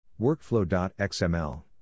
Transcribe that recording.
Workflow.xml